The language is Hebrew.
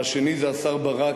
והשני זה השר ברק,